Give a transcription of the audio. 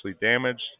damaged